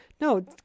No